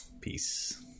Peace